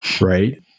right